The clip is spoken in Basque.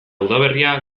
udaberria